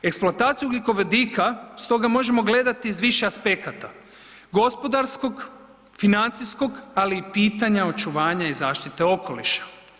Eksploataciju ugljikovodika stoga možemo gledati iz više aspekata, gospodarskog, financijskog ali i pitanja očuvanja i zaštite okoliša.